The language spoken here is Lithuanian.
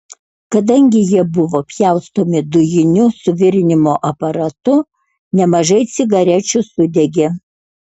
kadangi jie buvo pjaustomi dujiniu suvirinimo aparatu nemažai cigarečių sudegė